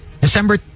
December